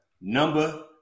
number